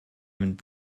mit